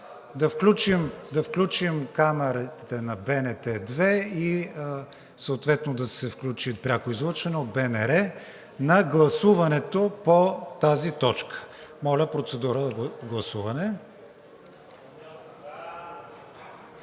Да включим камерите на БНТ 2 и съответно да се включи пряко излъчване от БНР на гласуването по тази точка. Моля, процедура гласуване.